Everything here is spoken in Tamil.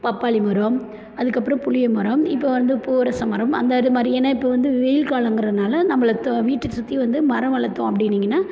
பப்பாளி மரம் அதுக்கப்புறம் புளியமரம் இப்போ வந்து பூவரசம் மரம் அந்த அது மாதிரி ஏன்னா இப்போ வந்து வெயில் காலங்கிறதுனால நம்மள வீட்டை சுற்றி வந்து மரம் வளர்த்தோம் அப்படின்னீங்கன்னா